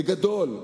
בגדול,